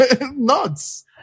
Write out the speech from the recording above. Nuts